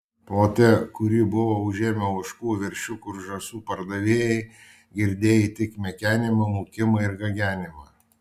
plote kurį buvo užėmę ožkų veršiukų ir žąsų pardavėjai girdėjai tik mekenimą mūkimą ir gagenimą